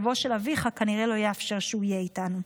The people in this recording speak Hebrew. מצבו של אביך כנראה לא יאפשר שהוא יהיה איתנו".